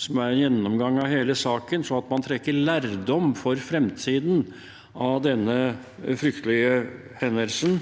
som er en gjennomgang av hele saken, sånn at man trekker lærdom for fremtiden av denne fryktelige hendelsen,